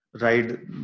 ride